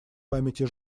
памяти